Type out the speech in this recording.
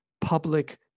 public